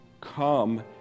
come